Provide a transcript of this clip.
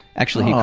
actually,